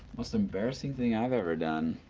most embarrassing thing i've ever done?